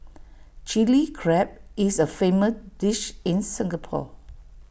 Chilli Crab is A famous dish in Singapore